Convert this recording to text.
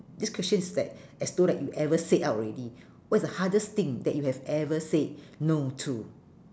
this question is like as though like you ever said out already what is the hardest thing that you have ever said no to